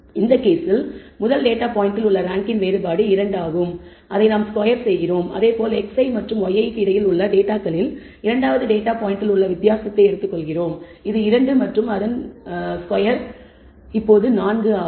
எனவே இந்த கேஸில் முதல் டேட்டா பாயிண்டில் உள்ள ரேங்க்கின் வேறுபாடு 2 ஆகும் அதை நாம் ஸ்கொயர் செய்கிறோம் அதேபோல் xi மற்றும் yi க்கு இடையில் உள்ள டேட்டாகளில் இரண்டாவது டேட்டா பாயிண்டில் உள்ள வித்தியாசத்தை எடுத்துக் கொள்கிறோம் இது 2 மற்றும் அதன் ஸ்கொயர் 4 ஆகும்